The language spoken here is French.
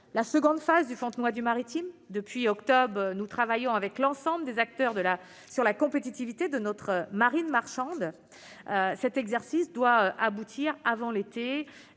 la seconde phase du Fontenoy du Maritime. Depuis octobre, nous travaillons avec l'ensemble des acteurs sur la compétitivité de notre marine marchande. Cet exercice doit aboutir, avant l'été,